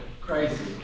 crazy